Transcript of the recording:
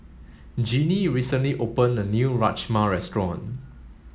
Jeannie recently opened a new Rajma restaurant